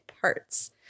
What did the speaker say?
parts